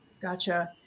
Gotcha